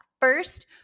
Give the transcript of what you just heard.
First